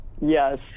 Yes